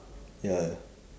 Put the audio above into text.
ya